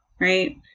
right